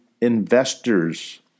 investors